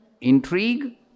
intrigue